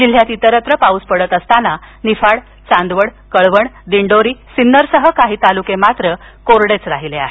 जिल्ह्यात इतरत्र पाऊस पडत असताना निफाड चांदवड कळवण दिंडोरी सिन्नरसह काही तालुके कोरडेच राहिले आहेत